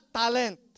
talent